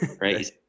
right